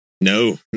No